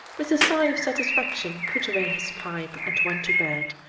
with a sigh of satisfaction, put away his pipe and went to bed,